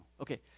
Okay